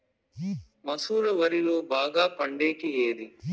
మసూర వరిలో బాగా పండేకి ఏది?